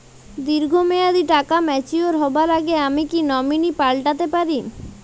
দীর্ঘ মেয়াদি টাকা ম্যাচিউর হবার আগে আমি কি নমিনি পাল্টা তে পারি?